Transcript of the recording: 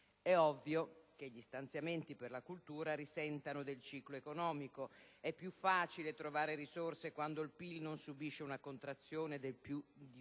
È ovvio che gli stanziamenti per la cultura risentano del ciclo economico: è più facile trovare risorse quando il PIL non subisce una contrazione di più del